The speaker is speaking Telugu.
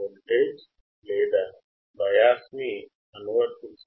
వీటికీ బాహ్య మూలం అవసరమా